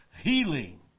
healing